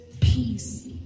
peace